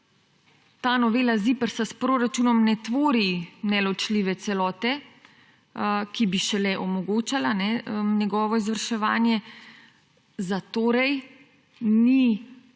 ta novela ZIPRS s proračunom ne tvori neločljive celote, ki bi šele omogočala njegovo izvrševanje, zatorej